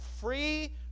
free